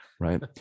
right